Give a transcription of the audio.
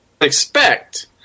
expect